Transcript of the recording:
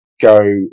go